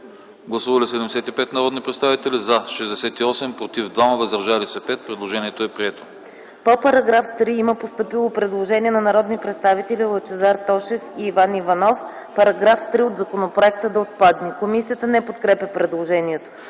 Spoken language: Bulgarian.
Гласували 75 народни представители: за 68, против 2, въздържали се 5. Предложението е прието. ДОКЛАДЧИК ДЕСИСЛАВА ТАНЕВА: По § 3 има постъпило предложение от народните представители Лъчезар Тошев и Иван Иванов –§ 3 от законопроекта да отпадне. Комисията не подкрепя предложението.